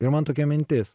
ir man tokia mintis